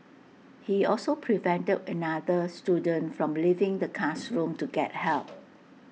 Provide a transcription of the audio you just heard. he also prevented another student from leaving the classroom to get help